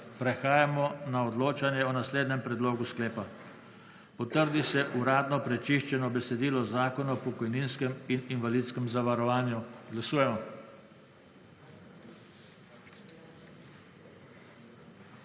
Prehajamo na odločanje o naslednjem predlogu sklepa: »Potrdi se uradno prečiščeno besedilo zakona o pokojninskem in invalidskem zavarovanju.« Glasujemo.